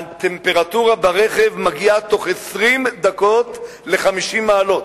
הטמפרטורה ברכב מגיעה בתוך 20 דקות ל-50 מעלות,